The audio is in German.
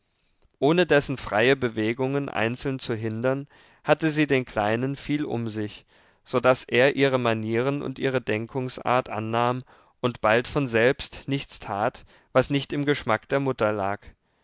ohne dessen freie bewegungen einzeln zu hindern hatte sie den kleinen viel um sich so daß er ihre manieren und ihre denkungsart annahm und bald von selbst nichts tat was nicht im geschmack der mutter lag